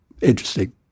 Interesting